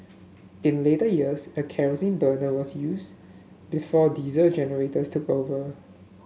in later years a kerosene burner was used before diesel generators took over